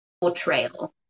portrayal